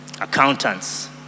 accountants